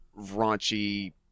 raunchy